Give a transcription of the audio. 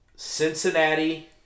Cincinnati